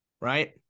Right